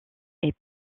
est